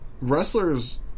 wrestlers